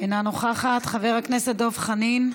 אינה נוכחת, חבר הכנסת דב חנין,